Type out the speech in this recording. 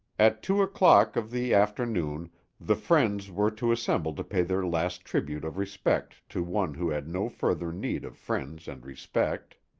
at two o'clock of the afternoon the friends were to assemble to pay their last tribute of respect to one who had no further need of friends and respect.